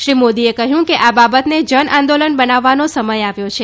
શ્રી મોદીએ કહ્યું કે આ બાબતને જનઆંદોલન બનાવવાનો સમય આવ્યો છે